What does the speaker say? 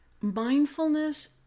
mindfulness